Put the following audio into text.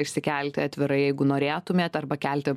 išsikelti atvirai jeigu norėtumėt arba kelti